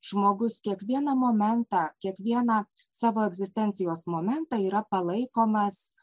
žmogus kiekvieną momentą kiekvieną savo egzistencijos momentą yra palaikomas